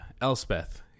Elspeth